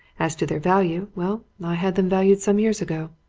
as to their value well, i had them valued some years ago.